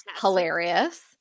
hilarious